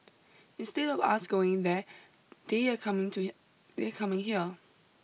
instead of us going there they are coming to they are coming here